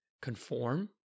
conform